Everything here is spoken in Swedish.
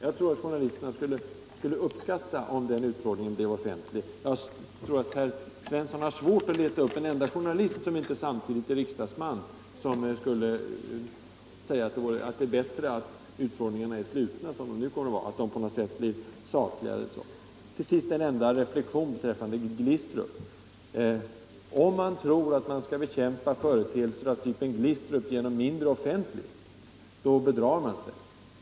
Jag tror att journalisterna skulle uppskatta om den utfrågningen blev offentlig. Jag tror att herr Svensson har svårt att leta upp en enda journalist, som inte samtidigt är riksdagsman, som skulle säga att det är bättre att ufrågningen är sluten som de nu kommer att vara. Till sist en enda reflexion beträffande Glistrup. Om man tror att man kan bekämpa företeelser av typen Glistrup genom mindre offentlighet, bedrar man sig.